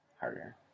harder